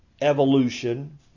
evolution